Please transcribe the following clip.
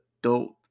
adult